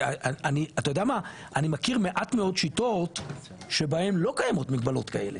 אתה יודע מה אני מכיר מעט מאוד שיטות שבהן לא קיימות מגבלות כאלה.